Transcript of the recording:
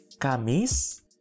Kamis